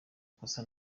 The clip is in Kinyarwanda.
kosa